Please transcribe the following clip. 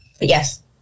yes